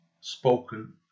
spoken